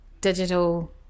digital